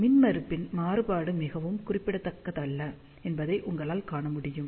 மின்மறுப்பின் மாறுபாடு மிகவும் குறிப்பிடத்தக்கதல்ல என்பதை உங்களால் காண முடியும்